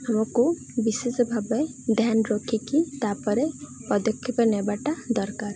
ଆମକୁ ବିଶେଷ ଭାବେ ଧ୍ୟାନ ରଖିକି ତାପରେ ପଦକ୍ଷେପ ନେବାଟା ଦରକାର